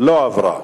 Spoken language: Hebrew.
לא עברה.